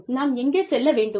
நாம் எங்கே செல்ல வேண்டும்